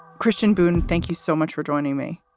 christian boone, thank you so much for joining me.